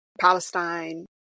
palestine